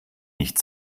nicht